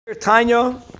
Tanya